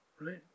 right